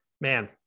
man